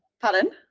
Pardon